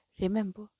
Remember